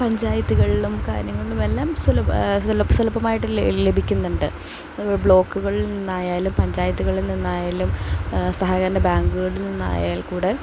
പഞ്ചായത്തുകളിലും കാര്യങ്ങളിലും എല്ലാം സുലഭമായിട്ട് ലഭിക്കുന്നുണ്ട് അതുപോലെ ബ്ലോക്കുകളിൽ നിന്നായാലും പഞ്ചായത്തുകളിൽ നിന്നായാലും സഹകരണ ബാങ്കുകളിൽ നിന്നായാൽക്കൂടെ